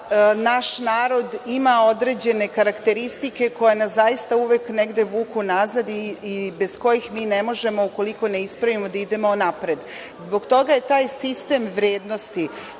naš narod ima određene karakteristike koje nas zaista uvek negde vuku nazad i bez kojih mi ne možemo, ukoliko ne ispravimo, da idemo napred. Zbog toga je taj sistem vrednosti